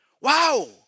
Wow